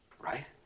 Right